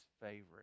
favorite